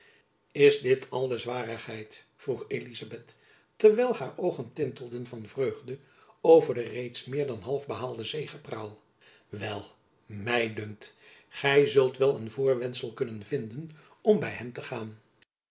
is dit al de zwarigheid vroeg elizabeth terwijl haar oogen tintelden van vreugde over den reeds meer dan half behaalden zegepraal wel my dunkt gy zult wel een voorwendsel kunnen vinden om by hem te gaan